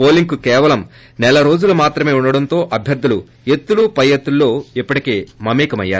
పోలింగ్కు కేవలం సెల్ రోజులు మాత్రేమ్ ఉండడంతో అభ్యర్థులు ఎత్తులు పై ఎత్తుల్లో ఇప్పటికే మమకమై పోయారు